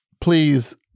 Please